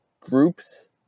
groups